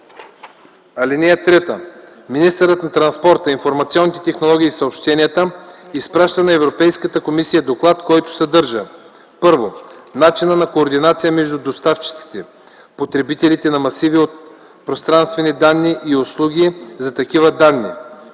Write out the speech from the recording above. закон. (3) Министърът на транспорта, информационните технологии и съобщенията изпраща на Европейската комисия доклад, който съдържа: 1. начина на координация между доставчиците, потребителите на масиви от пространствени данни и услуги за такива данни,